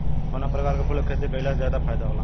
कवना प्रकार के फूल के खेती कइला से ज्यादा फायदा होला?